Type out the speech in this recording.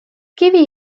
kivi